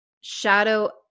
shadow